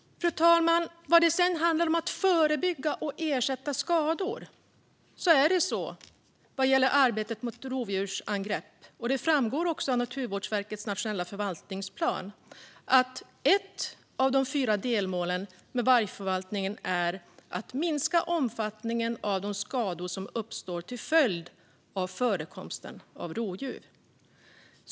Fru talman! När det handlar om att förebygga och ersätta skador och arbetet mot rovdjursangrepp framgår det av Naturvårdsverkets nationella förvaltningsplan att ett av de fyra delmålen med vargförvaltningen är att minska omfattningen av de skador som uppstår till följd av förekomsten av rovdjur.